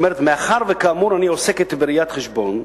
מאחר שכאמור אני עוסקת בראיית חשבון,